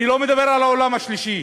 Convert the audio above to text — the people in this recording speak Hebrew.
אני לא מדבר על העולם השלישי,